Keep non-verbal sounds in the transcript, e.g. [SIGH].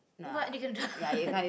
what are you gonna go [LAUGHS]